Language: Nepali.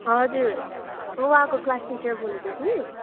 हजुर म उहाँको क्लास टिचर बोलेको कि